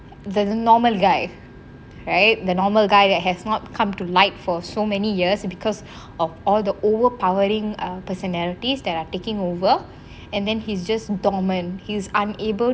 the normal guy right the normal guy that has not come to light for so many yars because of all the overpowering ah personalities that are taking over and then he's just dormant his unable